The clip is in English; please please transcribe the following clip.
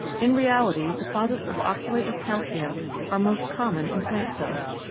in reality deposits of oxalate of calcium are most common in plant cells.